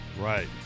Right